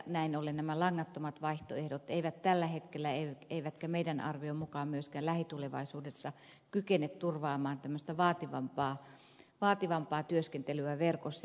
näin ollen nämä langattomat vaihtoehdot eivät tällä hetkellä eivätkä meidän arviomme mukaan myöskään lähitulevaisuudessa kykene turvaamaan tämmöistä vaativampaa työskentelyä verkossa